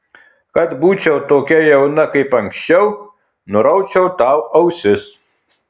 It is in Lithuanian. kad būčiau tokia jauna kaip anksčiau nuraučiau tau ausis